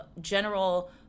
general